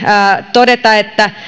todeta että